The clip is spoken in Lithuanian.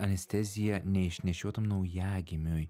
anesteziją neišnešiotam naujagimiui